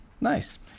nice